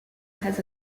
has